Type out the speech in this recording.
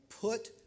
Put